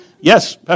Yes